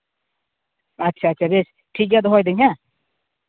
ᱟᱪᱪᱷᱟ ᱟᱪᱪᱷᱟ ᱵᱮᱥ ᱴᱷᱤᱠ ᱜᱮᱭᱟ ᱫᱚᱦᱚᱭ ᱫᱟᱹᱧ ᱦᱮᱸ